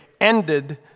ended